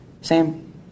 Sam